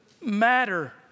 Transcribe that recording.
matter